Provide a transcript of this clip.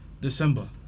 December